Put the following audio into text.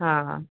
हा हा